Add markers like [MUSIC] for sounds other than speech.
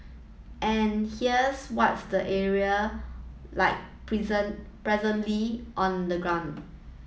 and here's what the area like [UNINTELLIGIBLE] presently on the ground